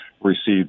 received